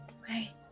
Okay